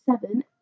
seven